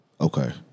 Okay